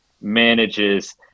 manages